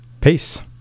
Peace